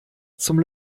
zum